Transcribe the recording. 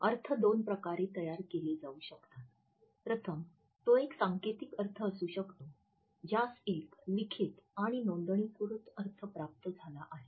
अर्थ दोन प्रकारे तयार केला जाऊ शकतात प्रथम तो एक सांकेतिक अर्थ असू शकतो ज्यास एक चांगला लिखित आणि नोंदणीकृत अर्थ प्राप्त झाला आहे